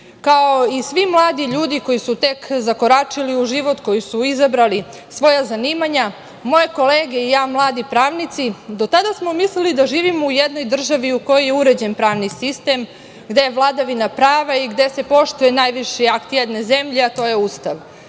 kao i svi mladi ljudi koji su tek zakoračili u život, koji su izabrali svoja zanimanja, moje kolege i ja, mladi pravnici, do tada smo mislili da živimo u jednoj državi u kojoj je uređen pravni sistem, gde je vladavina prava i gde se poštuje najviši akt jedne zemlje, a to je Ustav.